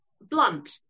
blunt